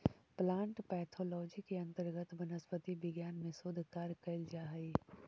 plant pathology के अंतर्गत वनस्पति विज्ञान में शोध कार्य कैल जा हइ